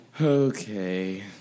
okay